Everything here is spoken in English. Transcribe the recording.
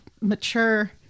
mature